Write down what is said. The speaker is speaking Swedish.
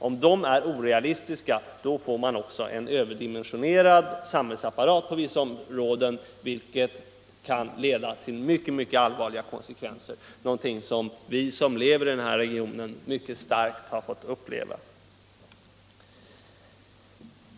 Om de är orealistiska får man också en överdimensionerad samhällsapparat på vissa områden, vilket kan leda till mycket allvarliga konsekvenser. Det är också något som vi, som lever i regionen, mycket starkt har fått uppleva.